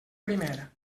primer